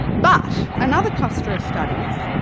but another cluster of studies,